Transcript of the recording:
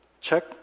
check